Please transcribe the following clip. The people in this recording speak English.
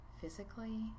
physically